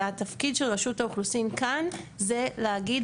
התפקיד של רשות האוכלוסין כאן זה להגיד,